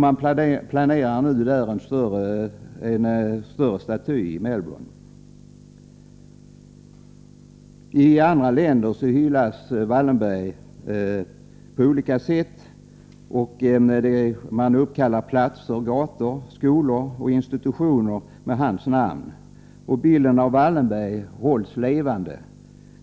Man planerar nu en större staty i Melbourne. I andra länder hyllas Wallenberg på olika sätt. Man uppkallar platser, gator, skolor och institutioner efter honom. Bilden av Wallenberg hålls levande.